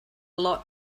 lot